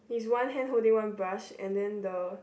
his one hand holding one brush and then the